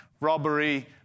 robbery